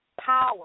power